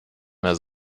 mehr